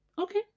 Okay